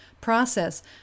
process